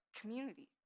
community